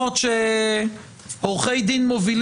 אתה מוזמן בשמחה רבה אחרי שיסיימו.